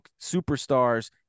superstars